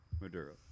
Maduro